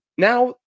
now